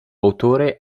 autore